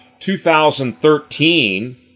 2013